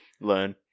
Learn